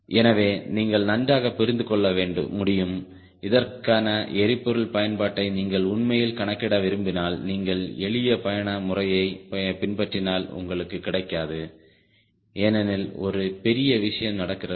எனவே நீங்கள் நன்றாக புரிந்து கொள்ள முடியும் இதற்கான எரிபொருள் பயன்பாட்டை நீங்கள் உண்மையில் கணக்கிட விரும்பினால் நீங்கள் எளிய பயண முறையைப் பின்பற்றினால் உங்களுக்கு கிடைக்காது ஏனெனில் ஒரு பெரிய விஷயம் நடக்கிறது